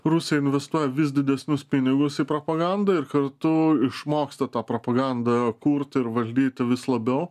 rusija investuoja vis didesnius pinigus į propagandą ir kartu išmoksta tą propagandą kurti ir valdyti vis labiau